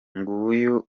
nguyu